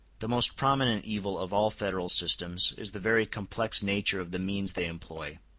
the most prominent evil of all federal systems is the very complex nature of the means they employ.